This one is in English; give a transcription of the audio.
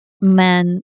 men